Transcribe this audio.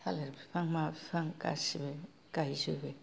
थालिर बिफां मा बिफां गासिबो गाइजोबो